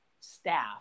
staff